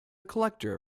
collector